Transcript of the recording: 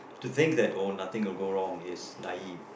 to think that oh nothing will go wrong is naive